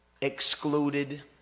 excluded